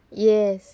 yes